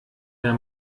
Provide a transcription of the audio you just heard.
der